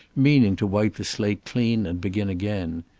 meaning to wipe the slate clean and begin again.